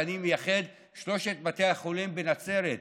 במיוחד שלושת בתי החולים בנצרת,